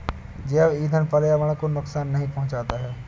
जैव ईंधन पर्यावरण को नुकसान नहीं पहुंचाता है